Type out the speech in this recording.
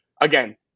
Again